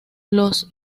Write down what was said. los